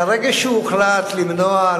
מהרגע שהוחלט למנוע,